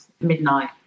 midnight